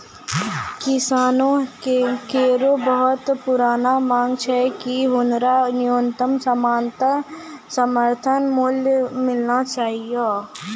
किसानो केरो बहुत पुरानो मांग छै कि हुनका न्यूनतम समर्थन मूल्य मिलना चाहियो